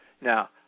Now